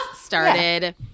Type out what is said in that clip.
started